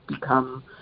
become